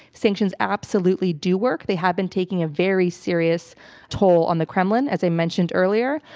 sanctions absolutely do work. they have been taking a very serious toll on the kremlin. as i mentioned earlier,